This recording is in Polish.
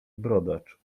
brodacz